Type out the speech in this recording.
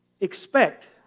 Expect